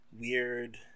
weird